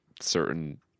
certain